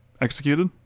executed